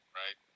right